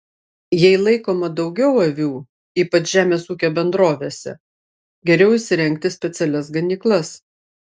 jei laikoma daugiau avių ypač žemės ūkio bendrovėse geriau įsirengti specialias ganyklas